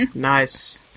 nice